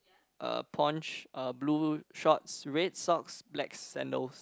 a ponch a blue shorts red socks black sandals